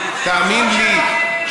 תאמין לי,